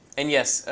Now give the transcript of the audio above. and yes,